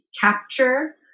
capture